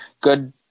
Good